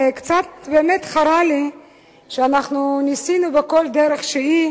וקצת חרה לי שאנחנו ניסינו בכל דרך שהיא